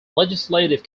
legislative